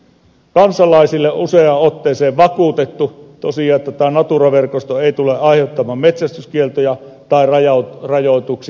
kansalaisille on tosiaan useaan otteeseen vakuutettu että tämä natura verkosto ei tule aiheuttamaan metsästyskieltoja tai rajoituksia